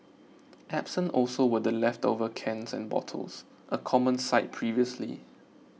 absent also were the leftover cans and bottles a common sight previously